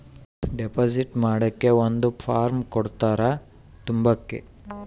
deposit ಮಾಡಕ್ಕೆ ಒಂದ್ form ಕೊಡ್ತಾರ ತುಂಬಕ್ಕೆ